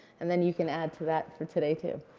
and then, you can add to that for today, too.